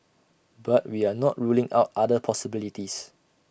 but we are not ruling out other possibilities